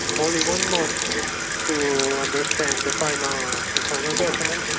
only one month to understand the final um the final document,